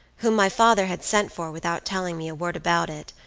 whom my father had sent for without telling me a word about it,